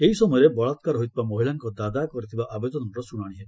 ଏହି ସମୟରେ ବଳାକାର ହୋଇଥିବା ମହିଳାଙ୍କ ଦାଦା କରିଥିବା ଆବେଦନର ଶୁଣାଣି ହେବ